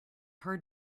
hard